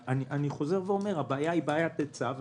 אני חוזר ואומר: הבעיה היא בעיית היצע,